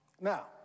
Now